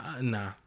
Nah